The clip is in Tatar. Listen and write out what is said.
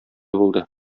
булды